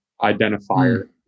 identifier